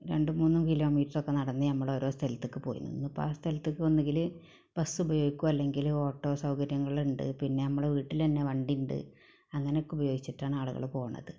രണ്ട് മൂന്നും കിലോമീറ്ററൊക്കെ നടന്ന് നമ്മൾ ഓരോ സ്ഥലത്തേക്ക് ഒക്കെ പോയിരുന്നു ഇപ്പോൾ ആ സ്ഥലത്തേക്ക് ഒന്നെങ്കിൽ ബസ്സ് ഉപയോഗിക്കും അല്ലെങ്കില് ഓട്ടോ സൗകര്യങ്ങള് ഉണ്ട് പിന്നെ നമ്മളുടെ വീട്ടിൽ തന്നെ വണ്ടി ഉണ്ട് അങ്ങനെയൊക്കെ ഉപയോഗിച്ചിട്ടാണ് ആളുകള് പോകുന്നത്